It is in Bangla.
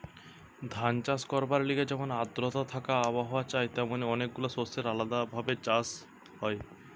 ধান চাষ করবার লিগে যেমন আদ্রতা থাকা আবহাওয়া চাই তেমনি অনেক গুলা শস্যের আলদা ভাবে চাষ হতিছে